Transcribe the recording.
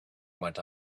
went